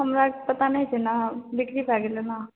हमरा पता नहि छै ने बिक्री भए गेलै ने